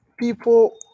people